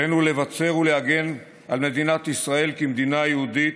עלינו לבצר את מדינת ישראל ולהגן עליה כמדינה יהודית,